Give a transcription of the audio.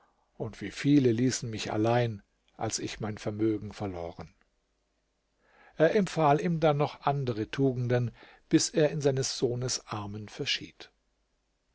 und wie viele ließen mich allein als ich mein vermögen verloren er empfahl ihm dann noch andere tugenden bis er in seines sohnes armen verschied